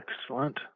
Excellent